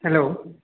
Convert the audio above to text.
hello